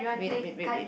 wait wait wait wait